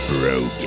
broken